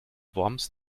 worms